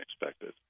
expected